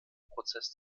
prozess